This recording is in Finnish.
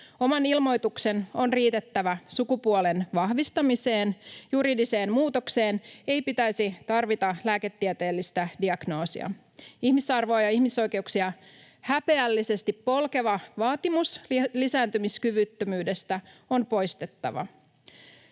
Oman ilmoituksen on riitettävä sukupuolen vahvistamiseen. Juridiseen muutokseen ei pitäisi tarvita lääketieteellistä diagnoosia. Ihmisarvoa ja ihmisoikeuksia häpeällisesti polkeva vaatimus lisääntymiskyvyttömyydestä on poistettava.